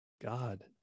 God